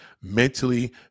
Mentally